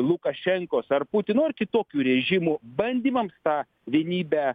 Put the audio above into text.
lukašenkos ar putino nu ir kitokių režimų bandymams tą vienybę